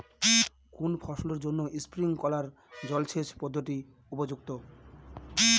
কোন ফসলের জন্য স্প্রিংকলার জলসেচ পদ্ধতি উপযুক্ত?